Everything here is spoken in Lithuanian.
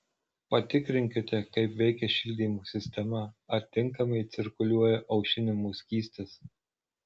patikrinkite kaip veikia šildymo sistema ar tinkamai cirkuliuoja aušinimo skystis